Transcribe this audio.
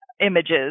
images